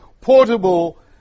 portable